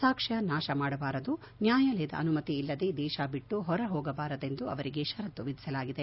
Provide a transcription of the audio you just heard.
ಸಾಕ್ಷ್ಮ ನಾಶ ಮಾಡಬಾರದು ನ್ಯಾಯಾಲಯದ ಅನುಮತಿ ಇಲ್ಲದೆ ದೇಶ ಬಿಟ್ಟು ಹೊರ ಹೋಗಬಾರದೆಂದು ಅವರಿಗೆ ಷರತ್ತು ವಿಧಿಸಲಾಗಿದೆ